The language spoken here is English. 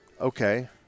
Okay